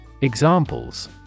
Examples